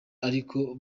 ariko